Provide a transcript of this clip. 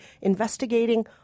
investigating